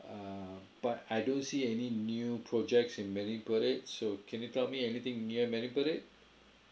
um but I don't see any new projects in marine parade so can you tell me anything near marine parade